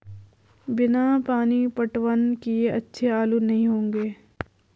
बिना पानी पटवन किए अच्छे आलू नही होंगे